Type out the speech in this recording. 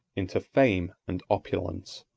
into fame and opulence.